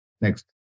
Next